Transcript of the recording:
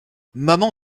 maman